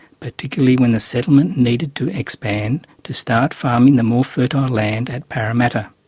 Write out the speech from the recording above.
particularly when the settlement needed to expand to start farming the more fertile land at parramatta.